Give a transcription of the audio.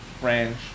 French